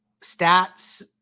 stats